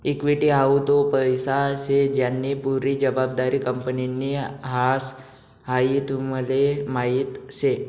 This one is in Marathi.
इक्वीटी हाऊ तो पैसा शे ज्यानी पुरी जबाबदारी कंपनीनि ह्रास, हाई तुमले माहीत शे